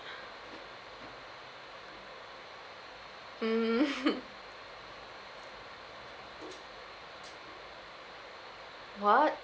mm what